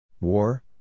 War